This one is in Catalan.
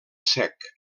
sec